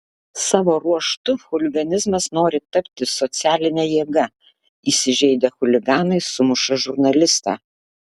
savo ruožtu chuliganizmas nori tapti socialine jėga įsižeidę chuliganai sumuša žurnalistą